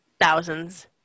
thousands